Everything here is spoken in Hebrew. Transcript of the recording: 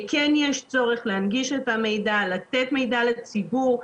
כן יש צורך להנגיש את המידע, לתת מידע לציבור.